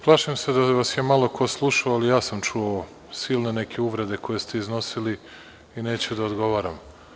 Plašim se da vas je malo ko slušao, ali ja sam čuo silne neke uvrede koje ste iznosili i neću da odgovaram.